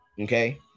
okay